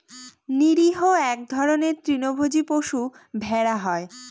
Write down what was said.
নিরীহ এক ধরনের তৃণভোজী পশু ভেড়া হয়